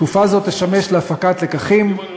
תקופה זו תשמש להפקת לקחים,